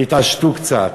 תתעשתו קצת.